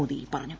മോദി പറഞ്ഞു